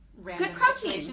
good protein!